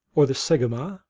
or the sogmo,